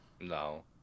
No